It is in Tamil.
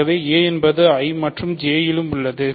ஆகவே a என்பது I மற்றும் J இல் உள்ளது